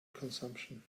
consumption